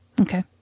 Okay